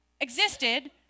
existed